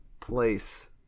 place